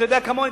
אתה יודע כמוני,